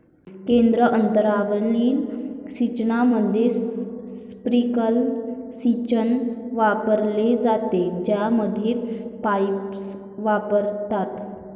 केंद्र अंतरावरील सिंचनामध्ये, स्प्रिंकलर सिंचन वापरले जाते, ज्यामध्ये पाईप्स वापरतात